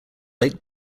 lake